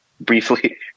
briefly